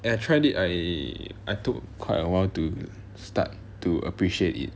I tried it I I took quite awhile to start to appreciate it